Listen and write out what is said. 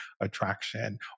attraction